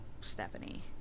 Stephanie